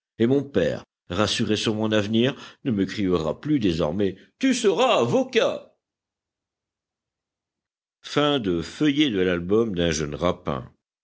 et mon père rassuré sur mon avenir ne me criera plus désormais tu seras avocat attention la clé de tri par défaut feuillets de l'album d'un jeune rapin